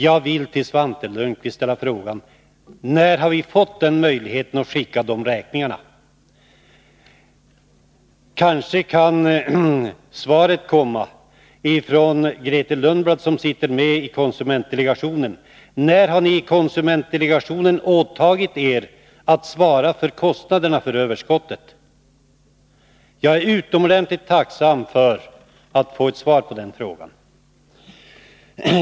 Jag vill fråga Svante Lundkvist: När har vi fått möjlighet att skicka de räkningarna? Kanske kan svaret komma från Grethe Lundblad, som sitter med i konsumentdelegationen. Jag frågar alltså: När har ni åtagit er att svara för kostnaderna för överskottet? Jag är utomordentligt tacksam för att få svar på den frågan.